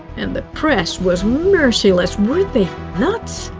and the press was merciless. were they nuts?